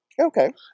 Okay